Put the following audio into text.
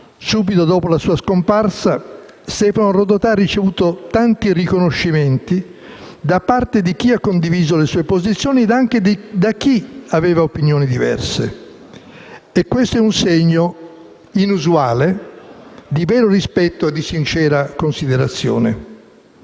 subito dopo la sua scomparsa, Stefano Rodotà ha ricevuto tanti riconoscimenti da parte di chi ha condiviso le sue posizioni e anche da chi aveva opinioni diverse. Questo è un segno, inusuale, di vero rispetto e di sincera considerazione.